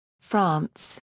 France